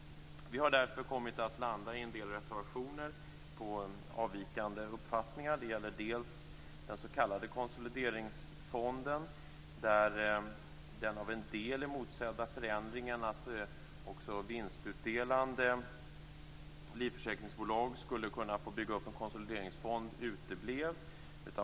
Vi har därför i en del reservationer kommit att landa på avvikande uppfattningar. Det gäller dels den s.k. konsolideringsfonden. Den av en del motsedda förändringen att också vinstutdelande livförsäkringsbolag skulle kunna få bygga upp en konsolideringsfond uteblev.